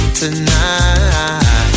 tonight